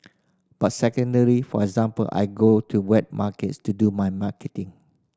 but secondly for example I go to wet markets to do my marketing